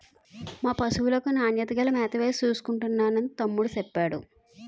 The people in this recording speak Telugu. మా పశువులకు నాణ్యత గల మేతవేసి చూసుకుంటున్నాను తమ్ముడూ సెప్పేడు